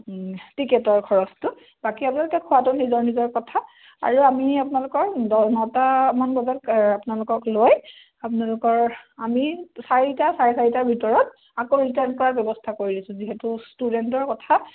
টিকেটৰ খৰচটো বাকী আপোনালোকে খোৱাটো নিজৰ নিজৰ কথা আৰু আমি আপোনালোকৰ দ নটামান বজাত আপোনালোকক লৈ আপোনালোকৰ আমি চাৰিটা চাৰে চাৰিটাৰ ভিতৰত আকৌ ৰিটাৰ্ণ কৰাৰ ব্যৱস্থা কৰি দিছোঁ যিহেতু ষ্টুডেণ্টৰ কথা